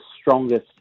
strongest